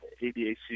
ABAC